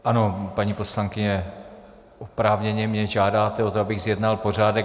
Ano, paní poslankyně, oprávněně mě žádáte o to, abych zjednal pořádek.